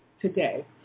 today